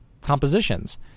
compositions